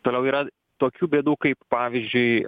toliau yra tokių bėdų kaip pavyzdžiui